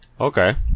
Okay